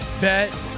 bet